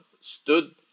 stood